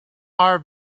are